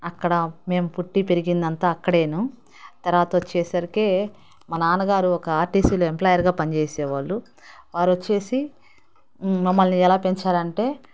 అక్కడ మేము పుట్టి పెరిగింది అంత అక్కడేను తర్వాత వచ్చేసరికే మా నాన్నగారు ఒక ఆర్టీసీలో ఎంప్లాయర్గా పనిచేసేవాళ్ళు వారు వచ్చేసి మమ్మల్ని ఎలా పెంచారంటే